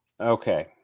Okay